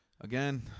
Again